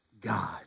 God